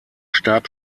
starb